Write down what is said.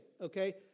okay